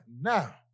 now